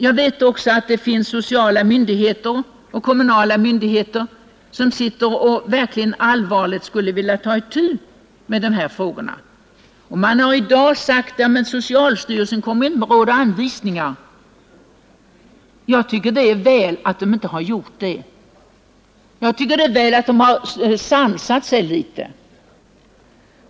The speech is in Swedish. Jag vet att det finns sociala myndigheter och kommunala myndigheter som verkligen skulle vilja allvarligt ta itu med de här frågorna men som det har sagts i dag väntar på att socialstyrelsen utger råd och anvisningar. Det är kanske väl, att socialstyrelsen inte har gjort det än utan att man där har sansat sig litet.